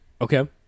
Okay